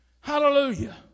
Hallelujah